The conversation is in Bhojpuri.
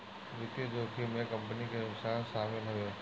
वित्तीय जोखिम में कंपनी के नुकसान शामिल हवे